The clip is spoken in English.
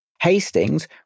Hastings